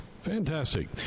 Fantastic